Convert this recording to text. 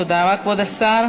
תודה רבה, כבוד השר.